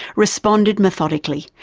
responded methodically,